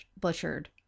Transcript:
butchered